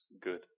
good